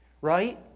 Right